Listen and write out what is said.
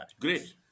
great